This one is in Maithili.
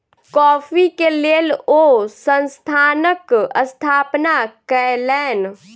कॉफ़ी के लेल ओ संस्थानक स्थापना कयलैन